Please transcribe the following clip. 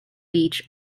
beach